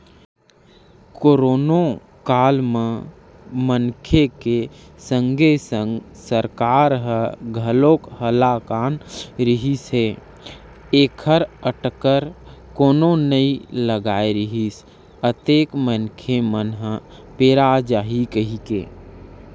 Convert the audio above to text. करोनो काल म मनखे के संगे संग सरकार ह घलोक हलाकान रिहिस हे ऐखर अटकर कोनो नइ लगाय रिहिस अतेक मनखे मन ह पेरा जाही कहिके